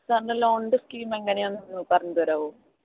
സാറിൻ്റെ ലോണിൻ്റെ സ്കീം എങ്ങനെയാണെന്ന് ഒന്ന് പറഞ്ഞ് തരാമോ